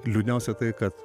liūdniausia tai kad